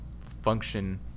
function